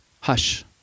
Hush